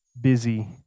Busy